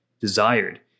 desired